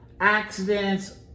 accidents